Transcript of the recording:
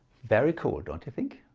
very cool don't you think?